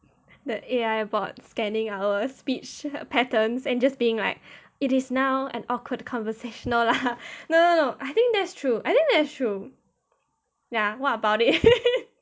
the A_I bot scanning our speech patterns and just being like it is now an awkward conversation lah no I think that's true I think that's true ya what about it